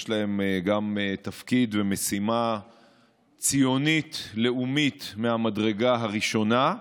יש להם גם תפקיד ומשימה ציונית-לאומית מהמדרגה הראשונה,